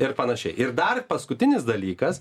ir panašiai ir dar paskutinis dalykas